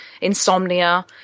insomnia